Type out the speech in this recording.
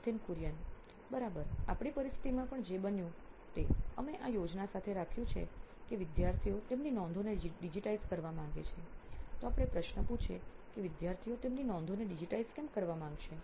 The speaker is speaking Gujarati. નીથિન કુરિયન સીઓઓ નોઇન ઇલેક્ટ્રોનિક્સ બરાબર આપણી પરિસ્થિતિમાં પણ જે બન્યું તે અમે આ યોજના સાથે રાખ્યું છે કે વિદ્યાર્થીઓ તેમની નોંધોને ડિજિટાઇઝ કરવા માંગે છે તો આપણે પ્રશ્ન પૂછીએ કે વિદ્યાર્થીઓ તેમની નોંધોને ડિજિટાઇઝ કેમ કરવા માંગશે